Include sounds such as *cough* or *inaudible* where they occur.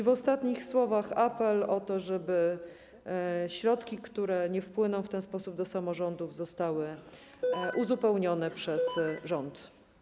W ostatnich słowach apel o to, żeby środki, które nie wpłyną w ten sposób do samorządów, zostały *noise* uzupełnione przez rząd.